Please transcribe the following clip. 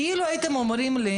אילו הייתם אומרים לי